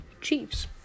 Chiefs